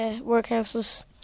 workhouses